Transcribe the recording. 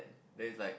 then it's like